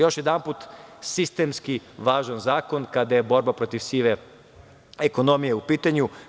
Još jedanput, sistemski važan zakon kada je borba protiv sive ekonomije u pitanju.